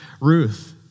Ruth